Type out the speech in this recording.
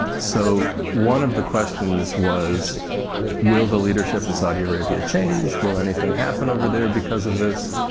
so, one of the questions was will the leadership in saudi arabia change? will anything happen over there because of this?